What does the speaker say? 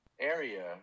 area